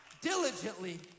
diligently